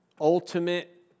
ultimate